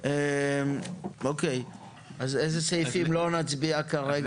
על איזה סעיפים לא נצביע כרגע?